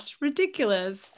Ridiculous